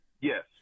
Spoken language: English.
Yes